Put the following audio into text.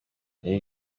iyi